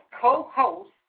co-host